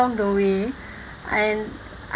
along the way and